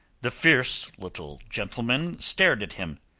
the fierce little gentleman stared at him.